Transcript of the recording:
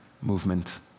movement